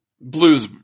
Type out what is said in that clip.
blue's